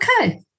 Okay